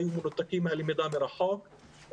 היו מנותקים מהלמידה מרחוק,